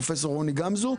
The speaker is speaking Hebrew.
הפרופ' רוני גמזו.